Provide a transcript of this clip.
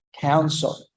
council